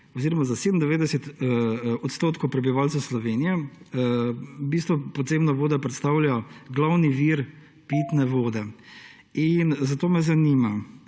da za 97 odstotkov prebivalcev Slovenije v bistvu podzemna voda predstavlja glavni vir pitne vode. Zato me zanima: